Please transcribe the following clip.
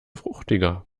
fruchtiger